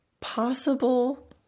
possible